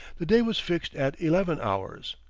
the day was fixed at eleven hours.